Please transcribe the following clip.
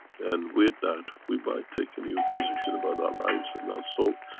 and with that we might take a new position about our lives and our soul.